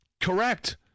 Correct